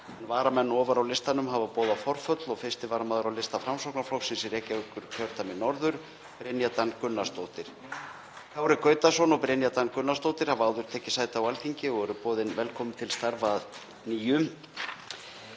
varamenn ofar á lista hafa boðað forföll, og 1. varamaður á lista Framsóknarflokksins í Reykjavíkurkjördæmi norður, Brynja Dan Gunnarsdóttir. Kári Gautason og Brynja Dan Gunnarsdóttir hafa áður tekið sæti á Alþingi og eru boðin velkomin til starfa að nýju.